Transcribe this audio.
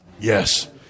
Yes